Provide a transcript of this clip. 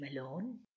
alone